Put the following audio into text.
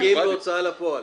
תיקים בהוצאה לפועל.